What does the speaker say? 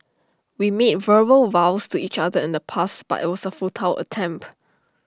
we meet verbal vows to each other in the past but IT was A futile attempt